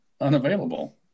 unavailable